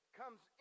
comes